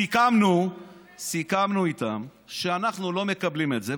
סיכמנו איתם שאנחנו לא מקבלים את זה,